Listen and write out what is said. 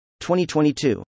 2022